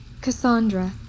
Cassandra